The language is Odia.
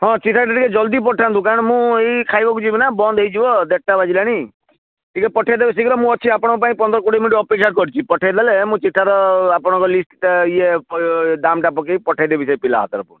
ହଁ ଚିଠାଟା ଟିକିଏ ଜଲଦି ପଠାନ୍ତୁ କାରଣ ମୁଁ ଏଇ ଖାଇବାକୁ ଯିବିନା ବନ୍ଦ ହେଇଯିବ ଦେଢ଼ଟା ବାଜିଲାଣି ଟିକିଏ ପଠାଇଦେବେ ଶୀଘ୍ର ମୁଁ ଅଛି ଆପଣଙ୍କ ପାଇଁ ପନ୍ଦର କୋଡ଼ିଏ ମିନିଟ୍ ଅପେକ୍ଷା କରିଛି ପଠାଇଦେଲେ ମୁଁ ଚିଠାର ଆପଣଙ୍କ ଲିଷ୍ଟଟା ଇଏ ଦାମ୍ଟା ପକାଇ ପଠାଇଦେବି ସେ ପିଲା ହାତରେ ପୁଣି